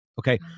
okay